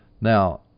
Now